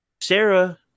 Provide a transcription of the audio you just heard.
Sarah